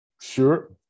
sure